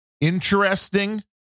interesting